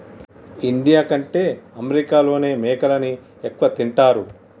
India కంటే అమెరికాలోనే మేకలని ఎక్కువ తింటారు